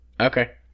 Okay